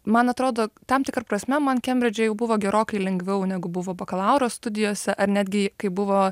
man atrodo tam tikra prasme man kembridže jau buvo gerokai lengviau negu buvo bakalauro studijose ar netgi kai buvo